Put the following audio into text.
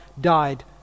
died